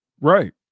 Right